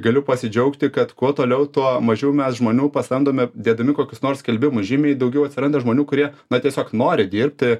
galiu pasidžiaugti kad kuo toliau tuo mažiau mes žmonių pasamdome dėdami kokius nors skelbimus žymiai daugiau atsiranda žmonių kurie na tiesiog nori dirbti